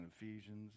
Ephesians